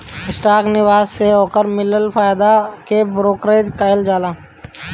stock निवेश से ओकर मिलल फायदा के ब्रोकरेज कहल जाला